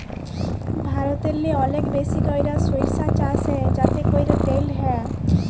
ভারতেল্লে অলেক বেশি ক্যইরে সইরসা চাষ হ্যয় যাতে ক্যইরে তেল হ্যয়